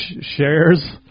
shares